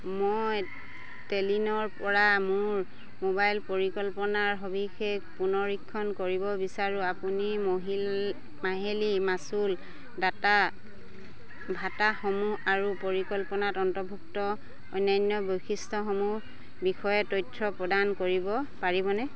মই টেলিনৰপৰা মোৰ মোবাইল পৰিকল্পনাৰ সবিশেষ পুনৰীক্ষণ কৰিব বিচাৰোঁ আপুনি মাহিলী মাচুল ডাটা ভাতাসমূহ আৰু পৰিকল্পনাত অন্তৰ্ভুক্ত অন্যান্য বৈশিষ্ট্যসমূহ বিষয়ে তথ্য প্ৰদান কৰিব পাৰিবনে